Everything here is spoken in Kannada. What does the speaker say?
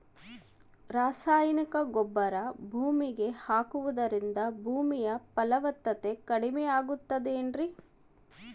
ರಾಸಾಯನಿಕ ಗೊಬ್ಬರ ಭೂಮಿಗೆ ಹಾಕುವುದರಿಂದ ಭೂಮಿಯ ಫಲವತ್ತತೆ ಕಡಿಮೆಯಾಗುತ್ತದೆ ಏನ್ರಿ?